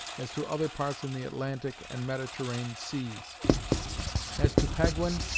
as to other parts in the atlantic and mediterrane seas as to paguin,